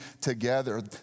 together